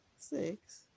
six